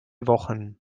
wochen